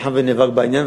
שהוא נלחם ונאבק בעניין,